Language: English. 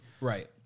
Right